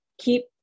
Keep